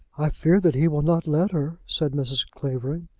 i fear that he will not let her, said mrs. clavering.